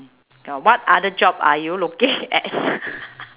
what other job are you looking at